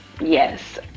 Yes